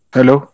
Hello